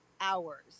hours